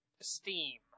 esteem